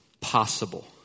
possible